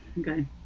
okay